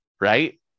right